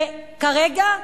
וכרגע,